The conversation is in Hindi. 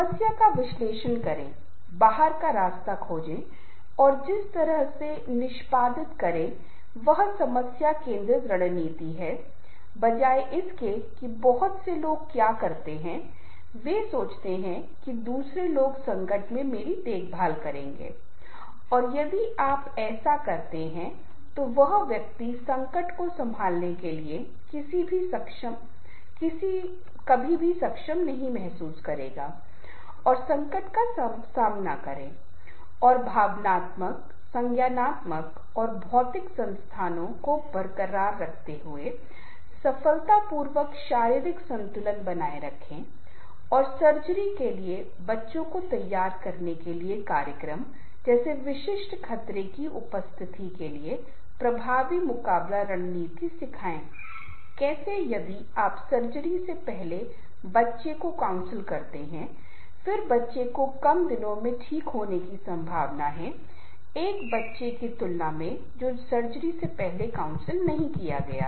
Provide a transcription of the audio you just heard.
समस्या का विश्लेषण करें बाहर का रास्ता खोजें और जिस तरह से निष्पादित करें वह समस्या केंद्रित रणनीति है बजाय इसके कि बहुत से लोग क्या करते हैं वे सोचते हैं कि दूसरे लोग संकट में मेरी देखभाल करेंगे और यदि आप ऐसाकरते हैं तो वह व्यक्ति संकट को संभालने के लिए कभी भी सक्षम महसूस नहीं करेगा और संकट का सामना करें और भावनात्मक संज्ञानात्मक और भौतिक संसाधनों को बरकरार रखते हुए सफलतापूर्वक शारीरिक संतुलन बनाए रखें और सर्जरी के लिए बच्चों को तैयार करने के लिए कार्यक्रम जैसे विशिष्ट खतरे की स्थिति के लिए प्रभावी मुकाबला रणनीति सिखाएं कैसे यदि आप सर्जरी से पहले बच्चे को काउंसिल करते हैं फिर बच्चे को कम दिनों में ठीक होने की संभावना है एक बच्चे की तुलना में जो सर्जरी से पहले काउंसिल नहीं किया गया है